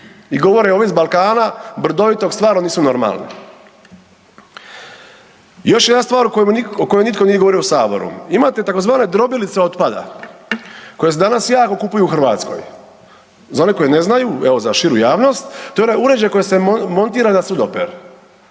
i govore, ovi s Balkana brdovitog, stvarno nisu normalni. Još jedna stvar o kojoj nitko nije govorio u Saboru. Imate tzv. drobilice otpada koje se danas jako kupuju u Hrvatskoj. Za one koji ne znaju, evo za širu javnost, to je onaj uređaj koji se montira na sudoper.